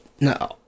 no